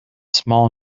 small